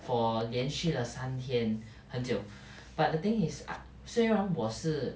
for 连续了三天很久 but the thing I 虽然我是